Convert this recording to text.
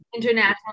International